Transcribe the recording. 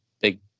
big